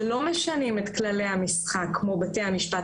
שלא משנים את כללי המשחק כמו בתי המשפט